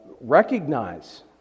Recognize